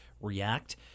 react